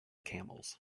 camels